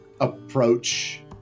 approach